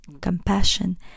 compassion